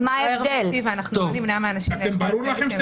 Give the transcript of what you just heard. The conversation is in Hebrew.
ואם זה כך,